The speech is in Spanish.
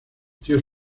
tíos